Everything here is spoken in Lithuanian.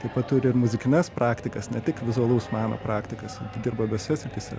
taip pat turi ir muzikines praktikas ne tik vizualaus meno praktikas dirba abiejose srityse